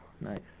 nice